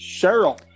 cheryl